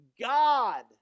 God